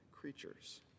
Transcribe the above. creatures